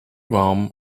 warm